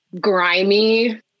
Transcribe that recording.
grimy